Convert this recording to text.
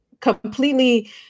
completely